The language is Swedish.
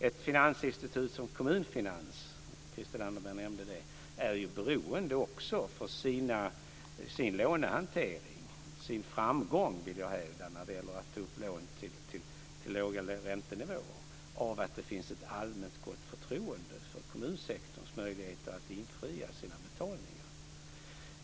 Ett finansinstitut som Kommunfinans - Christel Anderberg nämnde det - är beroende också för sin lånehantering, sin framgång vill jag hävda när det gäller att ta upp lån till låga räntenivåer, av att det finns ett allmänt gott förtroende för kommunsektors möjligheter att infria sina betalningar.